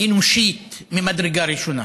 אנושית ממדרגה ראשונה,